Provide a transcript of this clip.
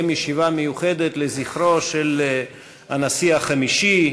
ישיבה מיוחדת לזכרו של הנשיא החמישי,